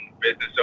business